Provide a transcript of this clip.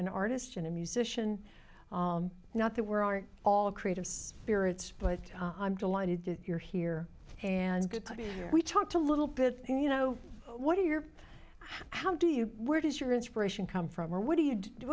an artist and a musician not that we're are all creative spirits but i'm delighted that you're here and we talked a little bit you know what are your how do you where does your inspiration come from or what do you do